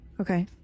Okay